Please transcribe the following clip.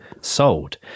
sold